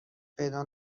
پیدا